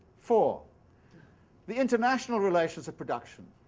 four the international relations of production,